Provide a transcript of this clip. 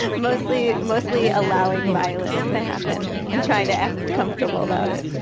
mostly, mostly allowing violence to happen and trying to act comfortable about it.